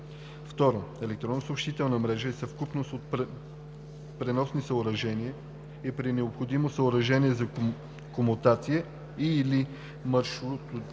2. „Електронна съобщителна мрежа“ е съвкупност от преносни съоръжения и при необходимост съоръжения за комутация и/или маршрутизация